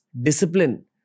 discipline